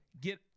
get